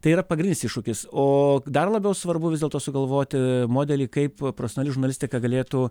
tai yra pagrindinis iššūkis o dar labiau svarbu vis dėlto sugalvoti modelį kaip profesonali žurnalistika galėtų